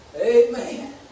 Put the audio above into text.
Amen